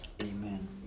Amen